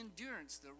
endurance